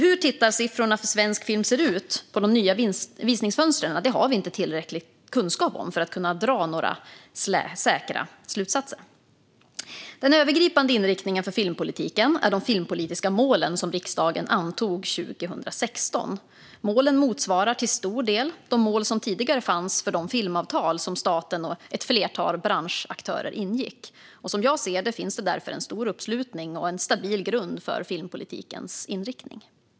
Hur tittarsiffrorna för svensk film ser ut på de nya visningsfönstren har vi inte tillräcklig kunskap om för att kunna dra några säkra slutsatser. Den övergripande inriktningen för filmpolitiken är de filmpolitiska mål som riksdagen antog 2016. Målen motsvarar till stor del de mål som tidigare fanns för de filmavtal som staten och ett flertal branschaktörer ingick. Som jag ser det finns det därför en stor uppslutning och en stabil grund för filmpolitikens inriktning.